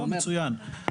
מצוין.